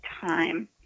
time